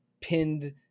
pinned